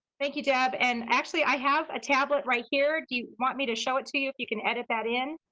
thank you, deb, and actually, i have a tablet right here. do you want me to show it to you, if you can edit that in?